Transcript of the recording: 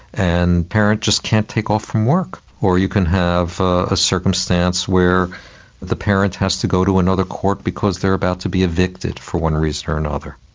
and the parent just can't take off from work. or you can have a circumstance where the parent has to go to another court because they are about to be evicted for one reason or another.